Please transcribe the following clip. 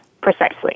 precisely